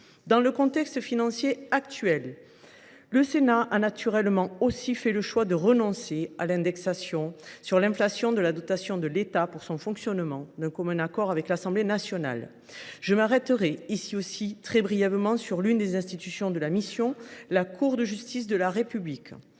Dans le contexte financier actuel, le Sénat a naturellement aussi fait le choix de renoncer à l’indexation sur l’inflation de la dotation de l’État pour son fonctionnement, d’un commun accord avec l’Assemblée nationale. J’évoquerai aussi brièvement l’une des institutions de la mission, la Cour de justice de la République.